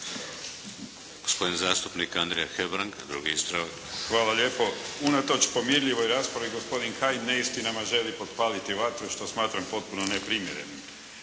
Hvala lijepo. Unatoč pomirljivoj raspravi gospodin Kajin neistinama ne želi potpaliti vatru, što smatram potpuno ne primjerenim.